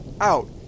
out